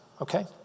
Okay